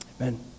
amen